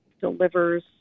delivers